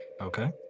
Okay